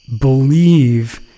believe